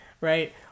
Right